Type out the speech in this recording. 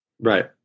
Right